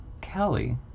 Kelly